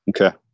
Okay